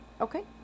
okay